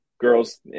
girls